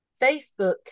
Facebook